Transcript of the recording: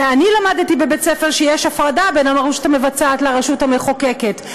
אני למדתי בבית-ספר שיש הפרדה בין הרשות המבצעת לרשות המחוקקת,